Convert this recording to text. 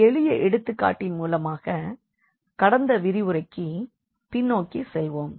ஒரு எளிய எடுத்துக்காட்டின் மூலமாக கடந்த விரிவுரைக்கு பின்னோக்கி செல்வோம்